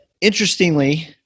Interestingly